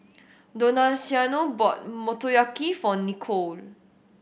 Donaciano bought Motoyaki for Nichole